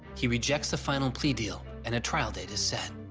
he rejects the final plea deal and a trial date is set.